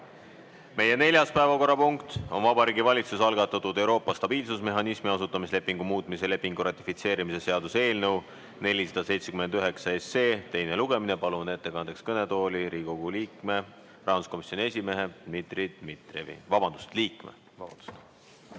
Meie neljas päevakorrapunkt on Vabariigi Valitsuse algatatud Euroopa stabiilsusmehhanismi asutamislepingu muutmise lepingu ratifitseerimise seaduse eelnõu 479 teine lugemine. Palun ettekandeks kõnetooli Riigikogu liikme, rahanduskomisjoni esimehe Dmitri Dmitrijevi. Vabandust, liikme!